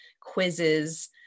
quizzes